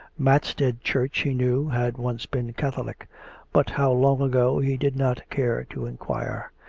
matstead church, he knew, had once been catholic but how long ago he did not care to inquire.